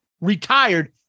retired